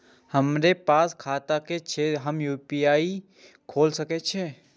हमरा पास खाता ने छे ते हम यू.पी.आई खोल सके छिए?